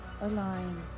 Align